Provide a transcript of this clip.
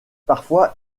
parfois